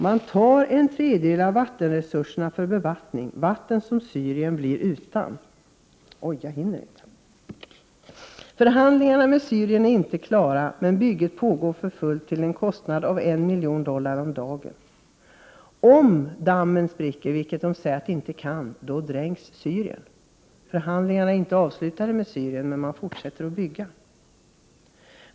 Man tar en tredjedel av vattenresurserna för bevattning; vatten som Syrien blir utan. Förhandlingarna med Syrien är inte klara, men bygget pågår för fullt till en kostnad av 1 miljon dollar om dagen. Om dammen spricker — vilket man säger inte är möjligt — dränks Syrien. Förhandlingarna är inte avslutade med Syrien, men man fortsätter att bygga.